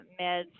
meds